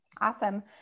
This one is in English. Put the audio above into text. Awesome